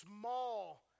small